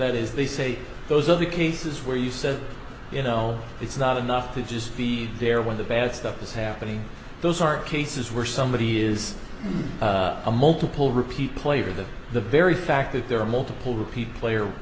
that is they say those other cases where you said you know it's not enough to just be there when the bad stuff is happening those are cases where somebody is a multiple repeat player that the very fact that there are multiple repeat player